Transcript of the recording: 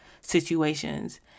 situations